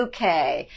UK